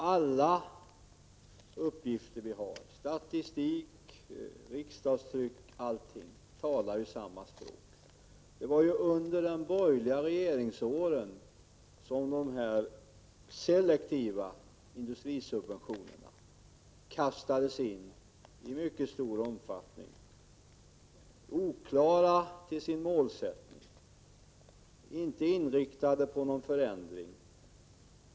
Alla uppgifter vi har — statistik, riksdagstryck osv. — talar samma språk: Det var under de borgerliga regeringsåren som de selektiva industrisubventionerna kastades in i mycket stor omfattning, oklara till sin målsättning, inte inriktade på någon förändring.